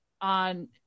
on